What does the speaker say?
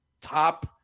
top